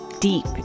deep